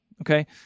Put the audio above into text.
okay